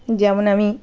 যেমন আমি